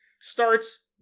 starts